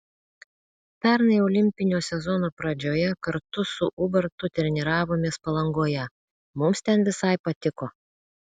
pernai olimpinio sezono pradžioje kartu su ubartu treniravomės palangoje mums ten visai patiko